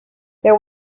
there